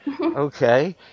Okay